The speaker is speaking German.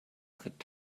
tritt